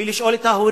בלי לשאול את העם,